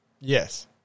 Yes